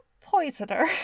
poisoner